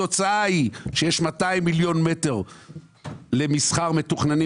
התוצאה היא שיש 200 מיליון מטרים למסחר מתוכננים